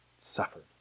suffered